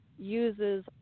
uses